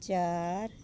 ਚਾਰ